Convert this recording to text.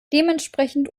dementsprechend